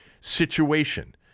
situation